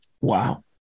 Wow